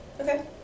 Okay